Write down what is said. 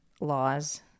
laws